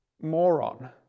moron